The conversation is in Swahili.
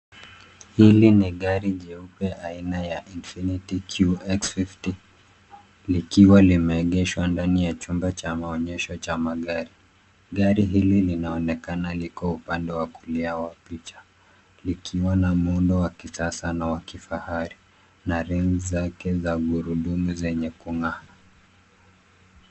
Hii ni gari jeupe aina ya Infinity Qx 50. Likiwa limeegeshwa ndani ya chumba cha maonyesho cha magari. Gari hili linaonekana liko upande wa kulia wa picha likiwa na muundo wa kisasa na wa kifahari na rimu zake za gurudumu zenye kung'aa.